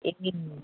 ए